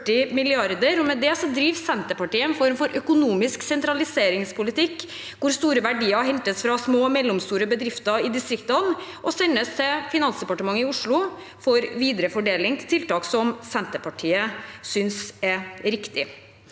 Med det driver Senterpartiet en form for økonomisk sentraliseringspolitikk hvor store verdier hentes fra små og mellomstore bedrifter i distriktene og sendes til Finansdepartementet i Oslo for videre fordeling til tiltak som Senterpartiet synes er riktige.